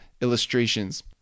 illustrations